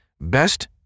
best